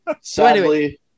Sadly